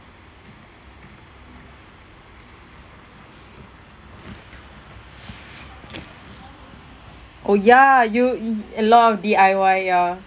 oh ya you i~ a lot of D_I_Y ya